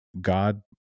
God